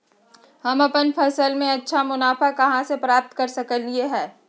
हम अपन फसल से अच्छा मुनाफा कहाँ से प्राप्त कर सकलियै ह?